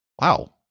wow